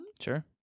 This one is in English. Sure